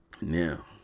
Now